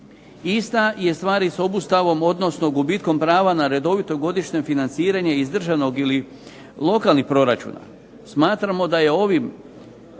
Ista je stvar sa obustavom, odnosno gubitkom prava na godišnje redovito financiranje iz državnog ili lokalnih proračuna. Smatramo da je ovim